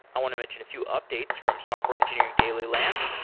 i want to mention a few updates from software engineering daily land.